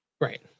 Right